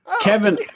Kevin